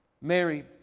Mary